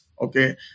Okay